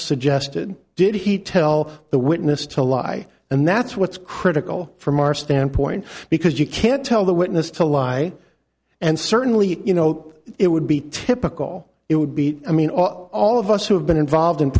suggested did he tell the witness to lie and that's what's critical from our standpoint because you can't tell the witness to lie and certainly no it would be typical it would be i mean all of us who have been involved in